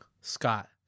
Scott